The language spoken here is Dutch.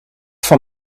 van